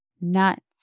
Nuts